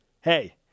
hey